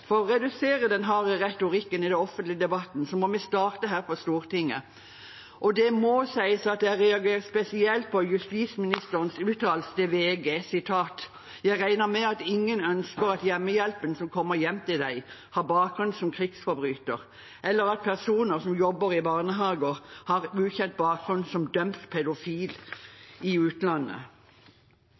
For å redusere den harde retorikken i den offentlige debatten må vi starte her på Stortinget. Og det må sies at jeg reagerer spesielt på justisministerens uttalelse til VG: «Jeg regner med at ingen ønsker at hjemmehjelpen som kommer hjem til deg, har bakgrunn som krigsforbryter. Eller at personer som jobber i barnehagen, har ukjent bakgrunn som dømt pedofil i